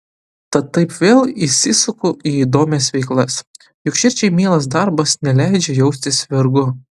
tad taip vėl įsisuku į įdomias veiklas juk širdžiai mielas darbas neleidžia jaustis vergu